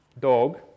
dog